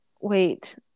Wait